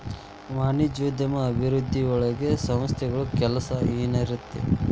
ವಾಣಿಜ್ಯೋದ್ಯಮ ಅಭಿವೃದ್ಧಿಯೊಳಗ ಸಂಸ್ಥೆಗಳ ಕೆಲ್ಸ ಏನಿರತ್ತ